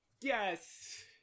Yes